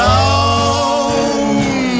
Down